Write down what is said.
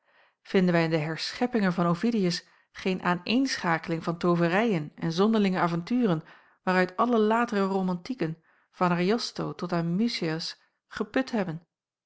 vinden wij in de herscheppingen van ovidius geen aan een schakeling van tooverijen en zonderlinge avonturen waaruit alle latere romantieken van ariosto tot aan musaeus geput hebben